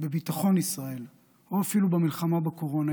בביטחון ישראל או אפילו במלחמה בקורונה,